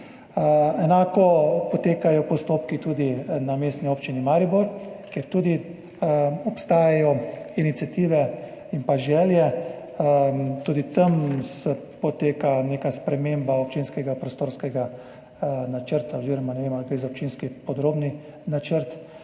Enako potekajo postopki tudi na Mestni občini Maribor, kjer prav tako obstajajo iniciative in želje, tudi tam poteka neka sprememba občinskega prostorskega načrta oziroma ne vem, ali gre za občinski podrobni načrt,